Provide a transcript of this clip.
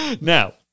Now